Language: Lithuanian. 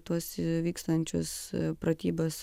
tuos vykstančius pratybas